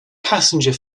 passenger